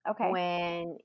Okay